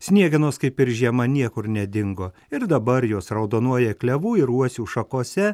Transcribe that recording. sniegenos kaip ir žiema niekur nedingo ir dabar jos raudonuoja klevų ir uosių šakose